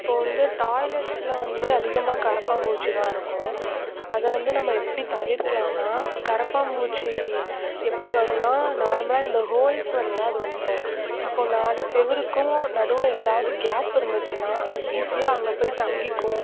இப்போ வந்து டாய்லெட்ஸில் வந்து அதிகமாக கரப்பான்பூச்சி தான் இருக்கும் அதை வந்து நம்ம எப்படி தவிர்க்கலான்னா கரப்பாம்பூச்சி எப்படி வரும்னா நார்மலாக இந்த ஹோல்ஸ் வழியாக அது வந்துவிடும் இப்போது நாலு சுவுருக்கும் நடுவில் ஏதாவது கேப் இருந்துச்சுன்னா அது ஈஸியாக அங்கே போய் தங்கிக்கும்